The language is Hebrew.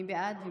מי בעד?